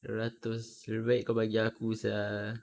dua ratus lebih baik kau bagi aku sia